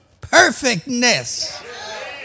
perfectness